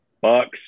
Bucks